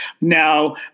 Now